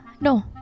No